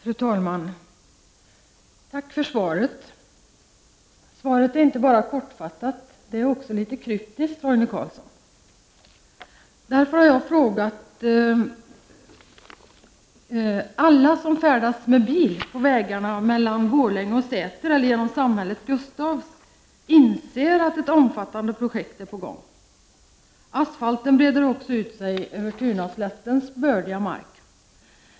Fru talman! Tack för svaret! Svaret är inte bara kortfattat — det är också litet kryptiskt, Roine Carlsson. Alla som färdas med bil på vägarna mellan Borlänge och Säter eller genom samhället Gustafs inser att ett omfattande projekt är på gång. Asfalten breder ut sig över Tunaslättens bördiga mark.